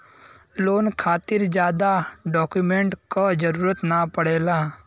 loan खातिर जादा document क जरुरत न पड़ेला